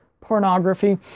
Pornography